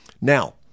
Now